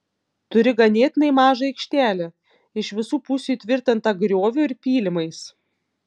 turi ganėtinai mažą aikštelę iš visų pusių įtvirtintą grioviu ir pylimais